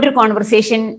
conversation